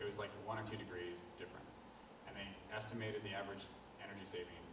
it was like one or two degrees different than estimated the average energy saving